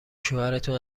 شوهرتون